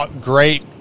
great